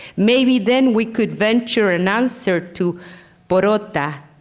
maybe then we could venture and answer to porota,